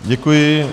Děkuji.